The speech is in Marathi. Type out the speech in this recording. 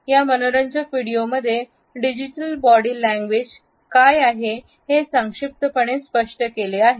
या मनोरंजक व्हिडिओमध्ये डिजिटल बॉडी लैंग्वेज काय आहे हे संक्षिप्तपणे स्पष्ट केले गेले आहे